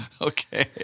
Okay